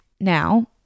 Now